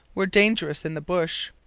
were dangerous in the bush.